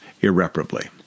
irreparably